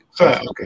Okay